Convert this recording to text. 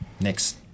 next